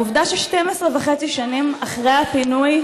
העובדה היא ש-12 שנים וחצי אחרי הפינוי,